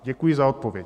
Děkuji za odpověď.